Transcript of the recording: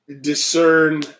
discern